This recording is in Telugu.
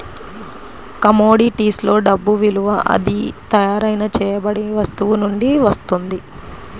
కమోడిటీస్లో డబ్బు విలువ అది తయారు చేయబడిన వస్తువు నుండి వస్తుంది